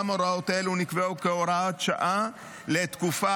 גם הוראות אלו נקבעו כהוראת שעה לתקופה